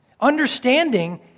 Understanding